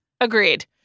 Agreed